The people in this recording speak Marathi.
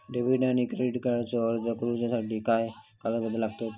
डेबिट आणि क्रेडिट कार्डचो अर्ज करुच्यासाठी काय कागदपत्र लागतत?